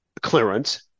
clearance